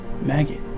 Maggot